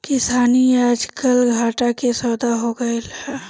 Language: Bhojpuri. किसानी आजकल घाटा के सौदा हो गइल बा